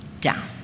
down